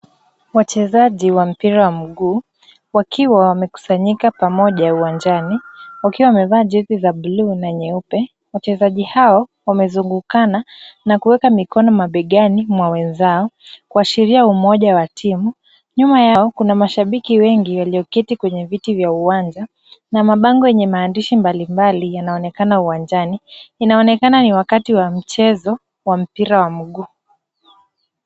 Wachezaji wa mpira wa mguu, wakiwa wamekusanyika pamoja uwanjani wakiwa wamevaa jesi za bluu na nyeupe. wachezaji hao wamezungukana na kuweka mikono mabegani mwa wenzao kuashiria umoja wa timu. Nyuma yao kuna mashabiki wengi walioketi kwenye viti vya uwanja na mabango yenye maandishi mbalimbali yanaonekana uwanjani inaonekana ni wakati wa mchezo wa mpira wa mguu.